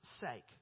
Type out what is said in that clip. sake